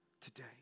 today